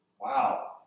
Wow